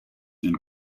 and